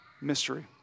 mystery